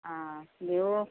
অঁ বিহু